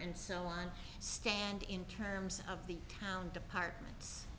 and so i stand in terms of the town departments